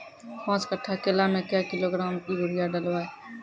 पाँच कट्ठा केला मे क्या किलोग्राम यूरिया डलवा?